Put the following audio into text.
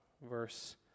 verse